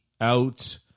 out